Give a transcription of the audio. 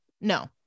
No